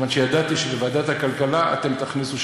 כיוון שידעתי שבוועדת הכלכלה אתם תכניסו,